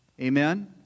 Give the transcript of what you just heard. Amen